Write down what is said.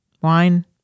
wine